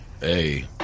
hey